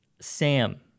Sam